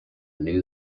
new